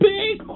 Big